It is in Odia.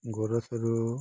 ଗୋରସରୁ